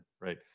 right